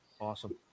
Awesome